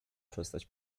przestać